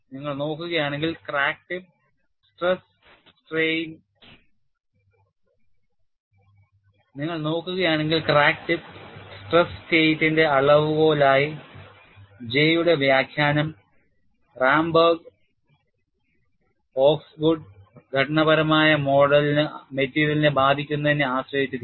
HRR Field Limitations നിങ്ങൾ നോക്കുകയാണെങ്കിൽ crack tip stress സ്റ്റേറ്റിന്റെ അളവുകോലായി J യുടെ വ്യാഖ്യാനം റാംബെർഗ് ഓസ്ഗുഡ് ഘടനാപരമായ മോഡലിന് മെറ്റീരിയലിനെ ബാധിക്കുന്നതിനെ ആശ്രയിച്ചിരിക്കുന്നു